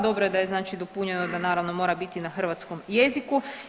Dobro je da je znači dopunjeno da naravno mora biti na hrvatskom jeziku.